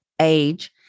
age